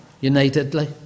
unitedly